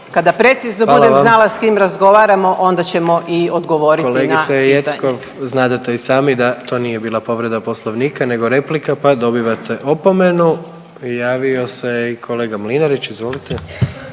Hvala vam./… … s kim razgovaramo onda ćemo i odgovoriti na pitanje. **Jandroković, Gordan (HDZ)** Kolegice Jeckov znadete i sami da to nije bila povreda Poslovnika nego replika pa dobivate opomenu. Javio se i kolega Mlinarić, izvolite.